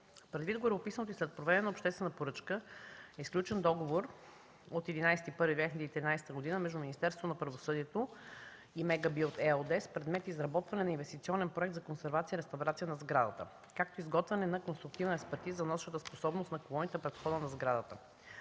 Предвид гореописаното и след проведена обществена поръчка е сключен договор от 11 януари 2013 г. между Министерството на правосъдието и „Мега билд” ЕООД с предмет: изработване на инвестиционен проект за консервация и реставрация на сградата, както и изготвяне на конструктивна експертиза за носещата способност на колоните пред входа на сградата.